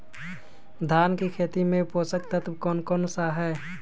धान की खेती में पोषक तत्व कौन कौन सा है?